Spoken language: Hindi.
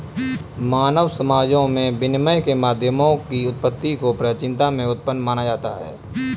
मानव समाजों में विनिमय के माध्यमों की उत्पत्ति को प्राचीनता में उत्पन्न माना जाता है